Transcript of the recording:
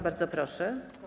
Bardzo proszę.